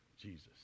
Jesus